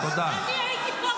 תגיד תודה.